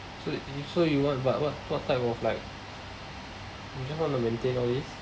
so you so you want but what what type of like you just want to maintain all this